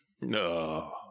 No